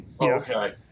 Okay